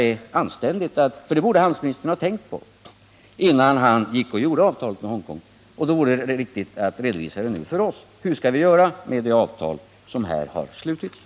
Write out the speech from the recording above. Handelsministern borde ha tänkt på detta, innan han träffade avtalet med Hongkong. Det vore lämpligt att nu redovisa för oss hur vi skall göra med det träffade avtalet.